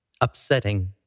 upsetting